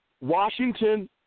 Washington